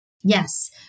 Yes